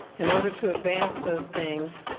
in order to advance those things,